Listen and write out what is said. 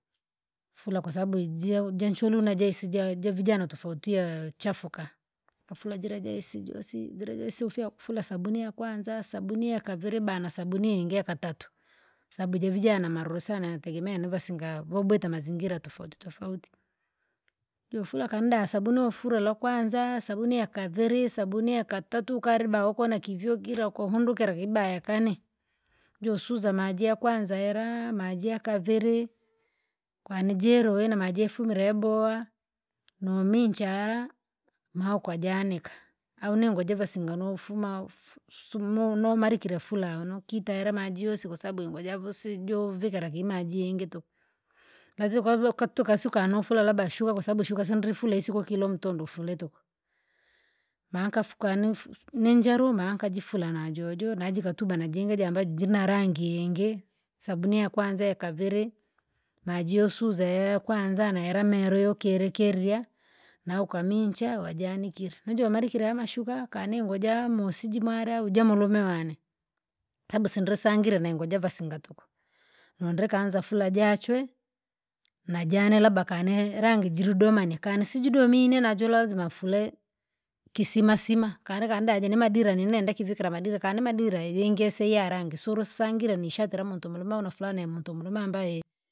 Sila kwasabu ijia janshure unaijisija javijana tofauti ya- chafuka, kafura jira jaisi josi vila josi ufyaukufura sabuni yakwanza, sabuni yakaviri bana sabuni yingi yakatatu. Sabu jevijana marusana nategemea nivasinaga avo- vobweta mazingira tofauti tofauti. Jofura kanda sabuni yofura rokwanza sabuni yakaviri sabuni yakatatu kaliba uko nakivyukira uko hundikira kibaya kani. Josuza maji yakwanza ilaa, maji yakaviri, kwani jiluwi na maji yefumira yabowa, niminchara, maa ukajanika, au ni ngoo ja vasinga nufuma ufu- sumnomalikire fura nokitera maji yosi kwasababu ingoo javusijo vikira kimaji ingi tuku. ukatuka suka nufura labda shuka kwasababu shuka sindri fura isiko kilo mtondo ufure tuku, maa nkafu kwani ufus ninjaru maa nkajifura najojo! Najikatuba najingiji ambajo jina rangi yingi, sabuni yakwanza yakaviri, maji yosuza yaakwanza nayala meru yokili kirya, na ukamincha wajanikire nujoumarikire amashuka kani ngoo jaa- musi jimware uje mulume wane. Sabu sindro sangire nengoo javasinga tuku, nundre kaanza fura jachwe, najana labda kane rangi jilidomana kani sijidomine najo lazima afure, kisimasima kali kanda jii nimadira ninenda kivikira madira kani madira ijingi iseya yarangi surusangire nishati lamuntu mulume unafura nimuntu mule ambaye.